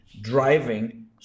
driving